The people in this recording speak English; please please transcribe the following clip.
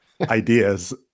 ideas